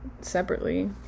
separately